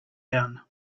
down